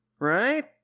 right